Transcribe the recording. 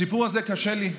הסיפור הזה קשה לי,